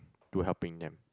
to helping them